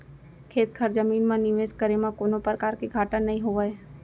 खेत खार जमीन म निवेस करे म कोनों परकार के घाटा नइ होवय